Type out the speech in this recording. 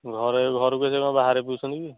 ଘରେ ଘରକୁ ସେ କ'ଣ ବାହାରେ ପିଉଛନ୍ତି କି